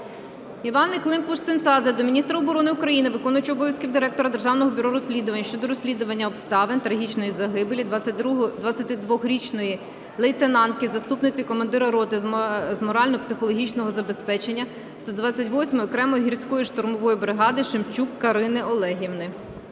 Іванни Климпуш-Цинцадзе до міністра оборони України, виконувача обов'язків Директора Державного бюро розслідувань щодо розслідування обставин трагічної загибелі 22 річної лейтенантки, заступниці командира роти з морально-психологічного забезпечення 128 Окремої гірсько-штурмової бригади Шемчук Карини Олегівни.